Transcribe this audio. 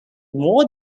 more